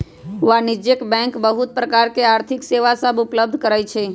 वाणिज्यिक बैंक बहुत प्रकार के आर्थिक सेवा सभ उपलब्ध करइ छै